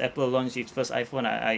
Apple launched its first I_phone uh I